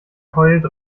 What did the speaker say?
heult